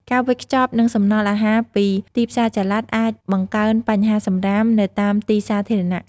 ការវេចខ្ចប់ និងសំណល់អាហារពីទីផ្សារចល័ត អាចបង្កើនបញ្ហាសំរាមនៅតាមទីសាធារណៈ។